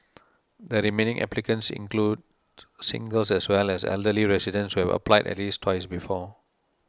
the remaining applicants include singles as well as elderly residents who have applied at least twice before